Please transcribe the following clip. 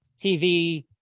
TV